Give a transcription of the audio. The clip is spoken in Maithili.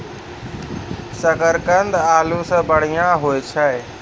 शकरकंद आलू सें बढ़िया होय छै